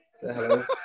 Hello